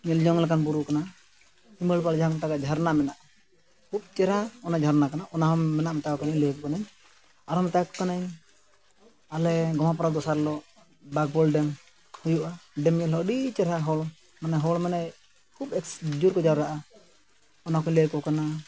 ᱧᱮᱞ ᱡᱚᱝ ᱞᱮᱠᱟᱱ ᱵᱩᱨᱩ ᱠᱟᱱᱟ ᱦᱤᱢᱟᱹᱞ ᱯᱟᱲ ᱡᱟᱦᱟᱸ ᱠᱚ ᱢᱮᱛᱟᱜᱼᱟ ᱡᱷᱟᱨᱱᱟ ᱢᱮᱱᱟᱜᱼᱟ ᱠᱷᱩᱵᱽ ᱪᱮᱦᱨᱟ ᱚᱱᱟ ᱡᱷᱟᱨᱱᱟ ᱠᱟᱱᱟ ᱚᱱᱟ ᱦᱚᱸ ᱢᱮᱱᱟᱜ ᱢᱮᱛᱟᱣ ᱠᱚ ᱠᱟᱹᱱᱟᱹᱧ ᱞᱟᱹᱭᱟᱠᱚ ᱠᱟᱹᱱᱟᱹᱧ ᱟᱨᱦᱚᱸ ᱢᱮᱛᱟᱣ ᱠᱚ ᱠᱟᱹᱱᱟᱹᱧ ᱟᱞᱮ ᱜᱚᱢᱦᱟ ᱯᱚᱨᱚᱵᱽ ᱫᱚᱥᱟᱨ ᱦᱤᱞᱳᱜ ᱵᱟᱜᱽᱵᱚᱲ ᱰᱮᱢ ᱦᱩᱭᱩᱜᱼᱟ ᱰᱮᱢ ᱧᱮᱞ ᱦᱚᱸ ᱟᱹᱰᱤ ᱪᱮᱦᱨᱟ ᱦᱚᱲ ᱢᱟᱱᱮ ᱦᱚᱲ ᱢᱟᱱᱮ ᱠᱷᱩᱵᱽ ᱮᱠᱥ ᱡᱳᱨ ᱠᱚ ᱡᱟᱣᱨᱟᱜᱼᱟ ᱚᱱᱟ ᱠᱚᱧ ᱞᱟᱹᱭᱟᱠᱚ ᱠᱟᱱᱟ